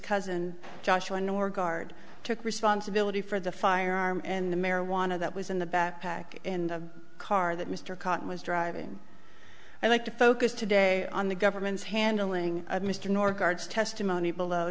cousin joshua norgaard took responsibility for the firearm and the marijuana that was in the backpack in the car that mr cotton was driving i'd like to focus today on the government's handling of mr nor guards testimony below